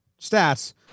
Stats